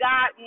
God